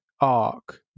arc